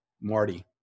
Marty